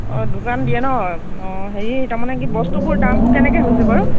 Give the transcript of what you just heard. অঁ দোকান দিয়ে ন অঁ হেৰি তাৰ মানে কি বস্তুবোৰ দামবোৰ কেনেকৈ হৈছে বাৰু